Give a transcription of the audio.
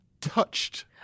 touched